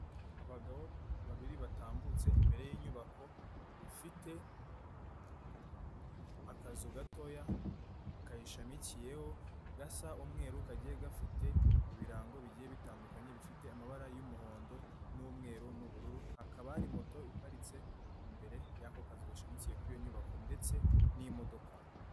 Abagabo babiri batambutse imbere y'inyubako, ifite akazu gatoya kayishamikiyeho, gasa umweru kagiye gafite ibirango bigiye bitandukanye, bifite amabara y'umuhondo n'umweru n'ubururu, hakaba hari moto iparitse imbere y'ako ka gashamikiye kuri iyo nyubako ndetse n'imodoka.